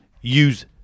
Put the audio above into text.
use